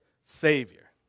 Savior